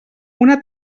una